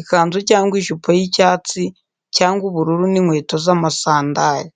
ikanzu cyangwa ijipo y’icyatsi cyangwa ubururu n’inkweto z’amasandari.